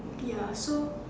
ya so